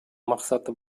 максаты